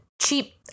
cheap